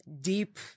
deep